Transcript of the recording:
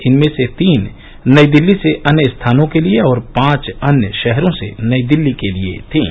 इनमें से तीन नई दिल्ली से अन्य स्थानों के लिए और पांच अन्य शहरों से नई दिल्ली के लिए थीं